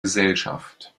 gesellschaft